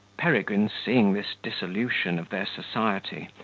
peregrine seeing this dissolution of their society,